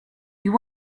you